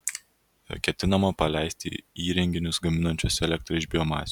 ketinama paleisti įrenginius gaminančius elektrą iš biomasių